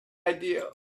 idea